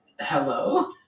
hello